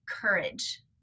courage